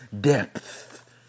depth